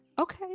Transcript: Okay